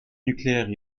nucléaire